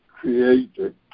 created